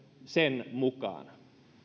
sen mukaan